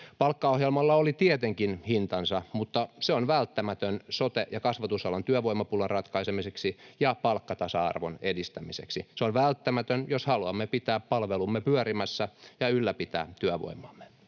Palkkaohjelmalla oli tietenkin hintansa, mutta se on välttämätön sote- ja kasvatusalan työvoimapulan ratkaisemiseksi ja palkkatasa-arvon edistämiseksi. Se on välttämätön, jos haluamme pitää palvelumme pyörimässä ja ylläpitää työvoimaamme.